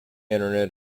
internet